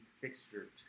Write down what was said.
fixture